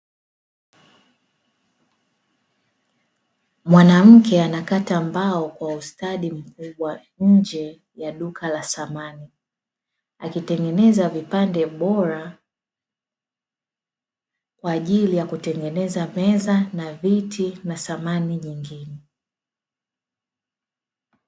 Mwanamke anakata mbao kwa ustadi mkubwa, nje ya duka la samani. Akitengeneza vipande bora kwa ajili ya kutengeneza meza na viti na samani nyingine.